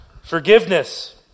Forgiveness